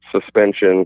suspension